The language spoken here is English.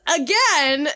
again